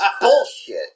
bullshit